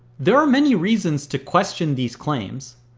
there are many reasons to question these claims,